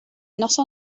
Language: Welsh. noson